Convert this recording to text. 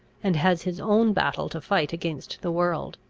and has his own battle to fight against the world.